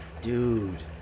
Dude